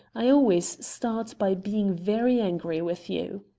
i always start by being very angry with you.